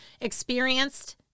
experienced